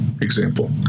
example